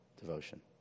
devotion